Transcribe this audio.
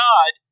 God